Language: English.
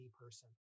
person